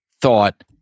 thought